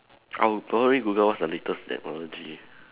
I would probably Google what's the latest technology